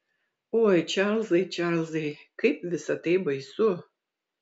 oi čarlzai čarlzai kaip visa tai baisu